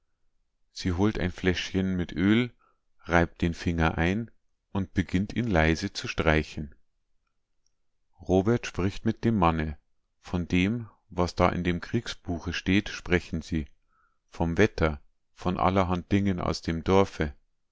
sie holt sich ein fläschchen mit öl reibt den finger ein und beginnt ihn leise zu streichen robert spricht mit dem manne von dem was da in dem kriegsbuche steht sprechen sie vom wetter von allerhand dingen aus dem dorfe